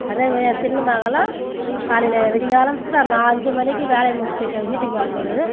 அதேமாரி என் சின்ன மகளும் காலையில் விடியக்காலத்துல நான் அஞ்சு மணிக்கு வேலையை முடிச்சுட்டு வீட்டுக்கு வரும்போது